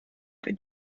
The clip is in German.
wenn